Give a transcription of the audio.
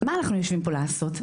מה אנחנו יושבים פה לעשות?